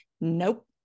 nope